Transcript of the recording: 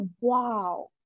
wow